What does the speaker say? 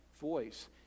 voice